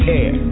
air